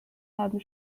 haben